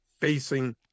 facing